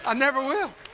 um never will.